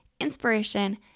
inspiration